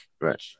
Right